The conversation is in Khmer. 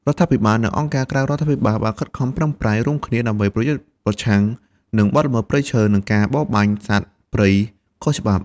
រដ្ឋាភិបាល និងអង្គការក្រៅរដ្ឋាភិបាលបានខិតខំប្រឹងប្រែងរួមគ្នាដើម្បីប្រយុទ្ធប្រឆាំងនឹងបទល្មើសព្រៃឈើ និងការបរបាញ់សត្វព្រៃខុសច្បាប់។